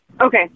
Okay